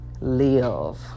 live